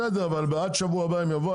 עד שבוע הבא הם יבואו,